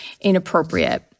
inappropriate